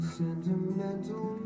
sentimental